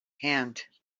hand